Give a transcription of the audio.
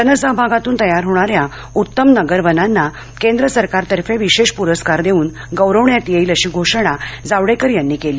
जनसहभागातून तयार होणाऱ्या उत्तम नगर वनांना केंद्र सरकारतर्फे विशेष प्रस्कार देऊन गौरवण्यात येईल अशी घोषणा जावडेकर यांनी यावेळी केली